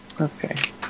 Okay